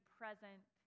present